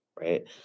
Right